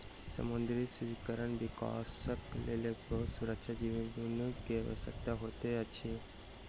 समुद्री सीवरक विकासक लेल बहुत सुक्ष्म जीवाणु के आवश्यकता होइत अछि